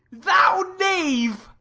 thou knave